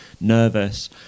nervous